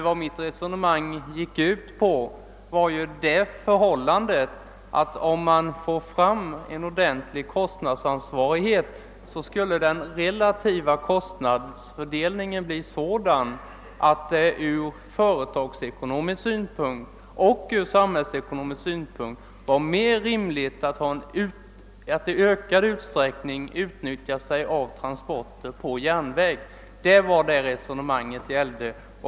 Vad mitt resonemang gick ut på var att om vi fick fram ett ordentligt kostnadsansvar skulle den relativa kostnadsfördelningen bli sådan, att det ur företagseko nomisk och ur samhällsekonomisk synpunkt vore rimligt att i ökad utsträckning anlita järnvägen för transporter. Detta var vad resonemanget gällde.